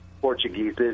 Portuguese